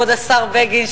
כבוד השר בגין,